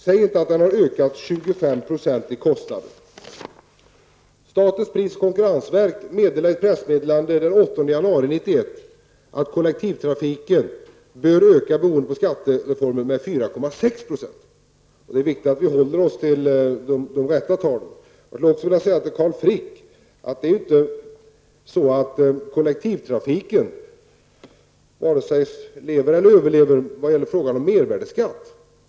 Säg inte att kostnaderna för kollektivtrafiken har ökat med 25 %. Statens pris och konkurrensverk uttalade i ett pressmeddelande den 8 januari 1991 att kostnaderna för kollektivtrafiken beroende på skattereformen borde öka med 4,6 %. Det är viktigt att vi håller oss till de rätta talen. Jag skulle också till Carl Frick vilja säga att kollektivtrafiken varken lever eller överlever beroende på frågan om mervärdeskatt.